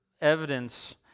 evidence